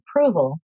approval